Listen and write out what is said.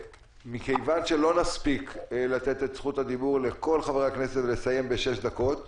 מכיון שלא נספיק לתת את זכות הדיבור לכל חברי הכנסת ולסיים בשש דקות,